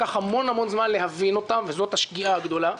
לקח המון-המון זמן להבין אותם, וזו השגיאה הגדולה.